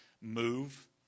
move